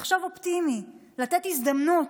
לחשוב אופטימי, לתת הזדמנות.